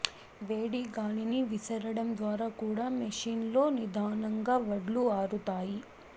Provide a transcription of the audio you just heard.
వేడి గాలిని విసరడం ద్వారా కూడా మెషీన్ లో నిదానంగా వడ్లు ఆరుతాయి